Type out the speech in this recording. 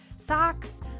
socks